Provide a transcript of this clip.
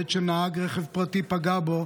בעת שנהג רכב פרטי פגע בו,